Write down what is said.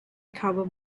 carbon